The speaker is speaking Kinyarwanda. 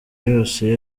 yose